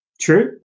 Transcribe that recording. True